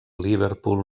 liverpool